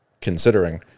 considering